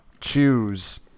choose